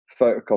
photocopy